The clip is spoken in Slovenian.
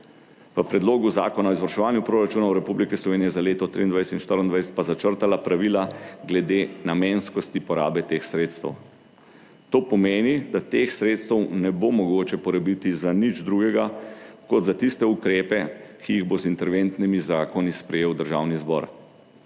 v Predlogu zakona o izvrševanju proračunov Republike Slovenije za leto 2023 in 2024 pa začrtala pravila glede namenskosti porabe teh sredstev, to pomeni, da teh sredstev ne bo mogoče porabiti za nič drugega kot za tiste ukrepe, ki jih bo z interventnimi zakoni sprejel državni zbor.